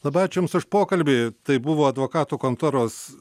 labai ačiū jums už pokalbį tai buvo advokatų kontoros